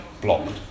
blocked